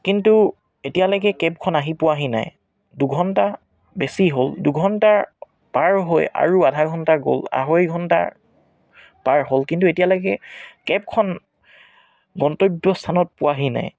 কিন্তু এতিয়ালৈকে কেবখন আহি পোৱাহি নাই দুঘণ্টা বেছি হ'ল দুঘণ্টাৰ পাৰ হৈ আৰু আধাঘণ্টা গ'ল আঢ়ৈ ঘণ্টা পাৰ হ'ল কিন্তু এতিয়ালৈকে কেবখন গন্তব্য স্থানত পোৱাহি নাই